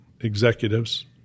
executives